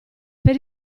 per